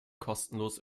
kostenlos